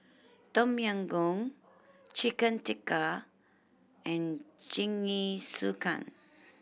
Tom Yam Goong Chicken Tikka and Jingisukan